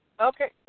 Okay